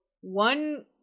one